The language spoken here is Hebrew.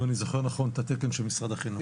אם אני זוכר נכון את התקן של משרד החינוך.